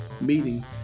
meeting